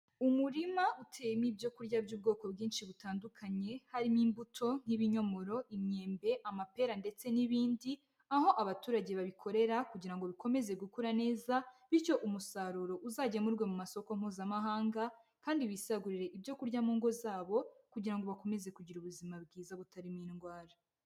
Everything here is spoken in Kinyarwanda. Umurima uteyemo ibyo kurya by'ubwoko bwinshi butandukanye, harimo imbuto nk'ibinyomoro, imyembe, amapera ndetse n'ibindi, aho abaturage babikorera kugira ngo bikomeze gukura neza bityo umusaruro uzagemurwe mu masoko mpuzamahanga kandi bisagurire ibyo kurya mu ngo zabo kugira ngo bakomeze kugira ubuzima bwiza, butarimo indwara.